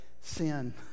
Sin